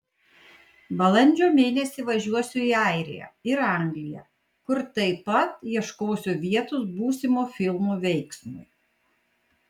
balandžio mėnesį važiuosiu į airiją ir angliją kur taip pat ieškosiu vietos būsimo filmo veiksmui